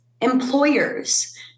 Employers